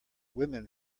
women